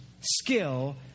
skill